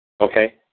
Okay